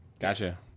Gotcha